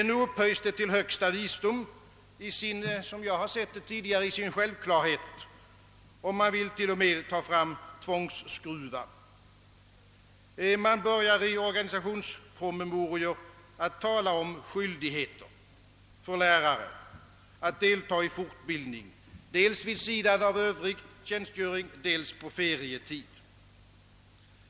Nu upphöjs den till högsta visdom 1 sin, som jag tidigare betraktat den, självklarhet och man vill till och med ta fram tvångsskruvar, Man börjar i organiationspromemorior tala om skyldigheter för lärare att delta i fortbildning dels vid sidan av Övrig tjänstgöring, dels på ferietid.